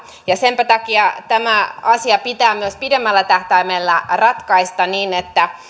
senpä takia tämä asia pitää pidemmällä tähtäimellä ratkaista niin että